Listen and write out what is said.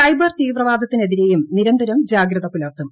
cyber തീവ്രവാദത്തിനെതിരെയും നിരന്തരം ജാഗ്രത പുലർത്തും